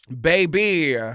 Baby